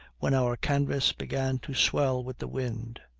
when our canvas began to swell with the wind.